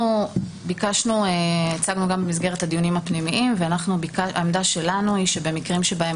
אנחנו הצגנו גם במסגרת הדיונים הפנימיים והעמדה שלנו היא שבמקרים בהם